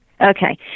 Okay